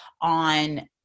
on